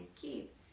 keep